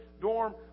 Dorm